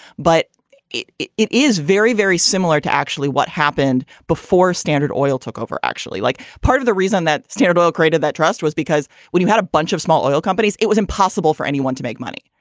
but it it is very, very similar to actually what happened before standard oil took over. actually, like part of the reason that standard oil created that trust was because, well, you had a bunch of small oil companies. it was impossible for anyone to make money.